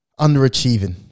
underachieving